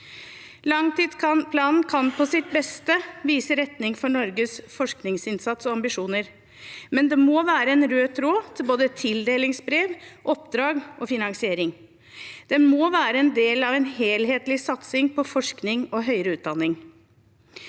Langtidsplanen kan på sitt beste vise retning for Norges forskningsinnsats og ambisjoner, men det må være en rød tråd i både tildelingsbrev, oppdrag og finansiering. Den må være en del av en helhetlig satsing på forskning og høyere utdanning.